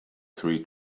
three